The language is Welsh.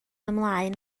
ymlaen